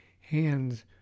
hands